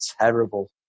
terrible